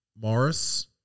Morris